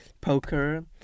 Poker